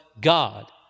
God